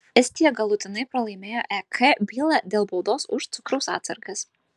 estija galutinai pralaimėjo ek bylą dėl baudos už cukraus atsargas